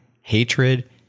hatred